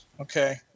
Okay